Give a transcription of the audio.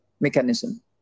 mechanism